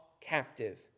captive